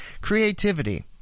creativity